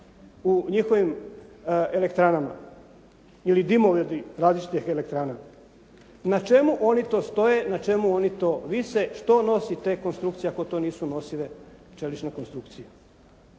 u njihovim elektranama. Ili dimovodi različitih elektrana. Na čemu oni to stoje, na čemu oni to vise, što nosi te konstrukcije, ako to nisu nosive čelične konstrukcije.